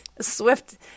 swift